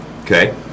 Okay